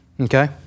Okay